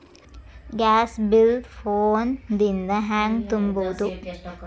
Gas bill phone ದಿಂದ ಹ್ಯಾಂಗ ತುಂಬುವುದು?